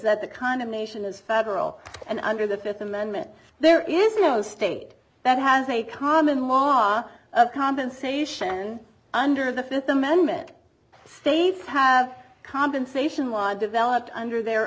that the condemnation is federal and under the fifth amendment there is no state that has a common law of compensation under the fifth amendment states have compensation law developed under their